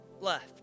left